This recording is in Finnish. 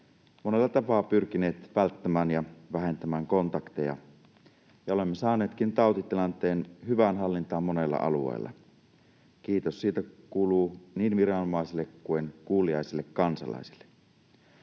monella tapaa pyrkineet välttämään ja vähentämään kontakteja, ja olemme saaneetkin tautitilanteen hyvään hallintaan monella alueella. Kiitos siitä kuuluu niin viranomaisille kuin kuuliaisille kansalaisille.